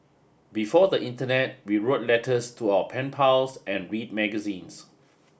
before the internet we wrote letters to our pen pals and read magazines